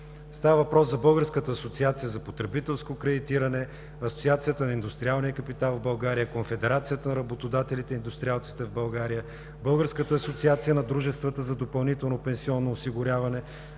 Става въпрос за Българската асоциация за потребителско кредитиране, Асоциацията на индустриалния капитал в България, Конфедерацията на работодателите и индустриалците в България, Българската асоциация на дружествата за допълнително пенсионно осигуряване,